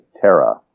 Terra